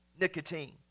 nicotine